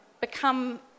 become